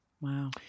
Wow